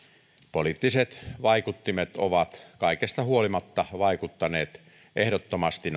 poliittiset vaikuttimet ovat kaikesta huolimatta ehdottomasti